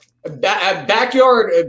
Backyard